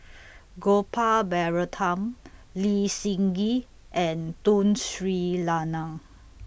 Gopal Baratham Lee Seng Gee and Tun Sri Lanang